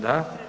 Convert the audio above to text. Da.